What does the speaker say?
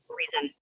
reason